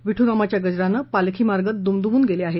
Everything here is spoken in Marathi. विठ्नामाच्या गजरानं पालखी मार्ग दुमदुमून गेले आहेत